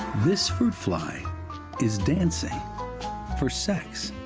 this fruit fly is dancing for sex.